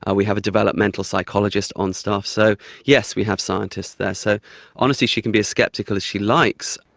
ah we have a developmental psychologist on staff. so yes, we have scientists there. so honestly she can be as sceptical as she likes,